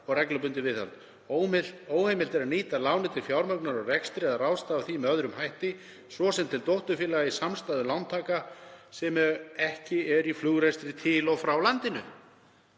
og frá landinu. Óheimilt er að nýta lánið til fjármögnunar á rekstri, eða ráðstafa því með öðrum hætti, svo sem til dótturfélaga í samstæðu lántaka sem ekki eru í flugrekstri til og frá Íslandi.